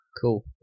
Cool